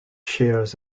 shares